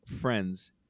Friends